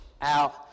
out